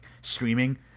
streaming